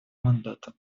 мандату